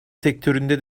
sektöründe